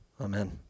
Amen